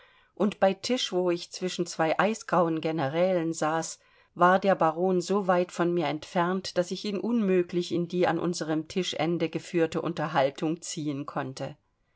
und bei tisch wo ich zwischen zwei eisgrauen generälen saß war der baron so weit von mir entfernt daß ich ihn unmöglich in die an unserem tischende geführte unterhaltung ziehen konnte